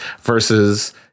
versus